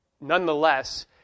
nonetheless